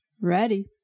Ready